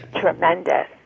Tremendous